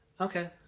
Okay